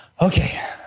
Okay